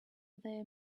their